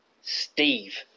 Steve